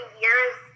years